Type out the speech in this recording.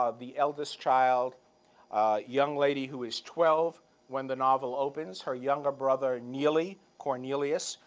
ah the eldest child, a young lady who is twelve when the novel opens her younger brother neeley, cornelius,